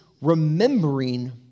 remembering